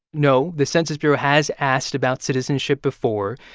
no. the census bureau has asked about citizenship before.